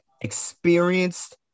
experienced